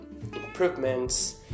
improvements